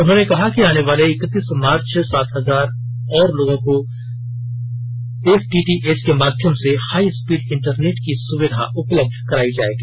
उन्होंने कहा है कि आने वाले इकतीस मार्च तक सात हजार और लोगों को भी एफटीटीएच के माध्यम से हाई स्पीड इंटरनेट की सुविधा उपलब्ध कराई जाएगी